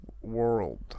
world